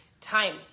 time